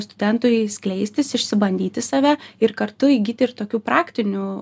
studentui skleistis išsibandyti save ir kartu įgyti ir tokių praktinių